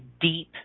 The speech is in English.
deep